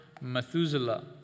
Methuselah